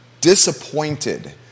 disappointed